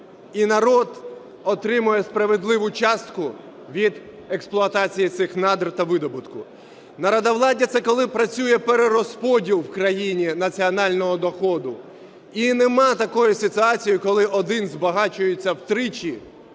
і народ отримує справедливу частку від експлуатації цих надр та видобутку. Народовладдя – це коли працює перерозподіл в країні національного доходу, і немає такої ситуації, коли один збагачується втричі,